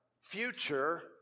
future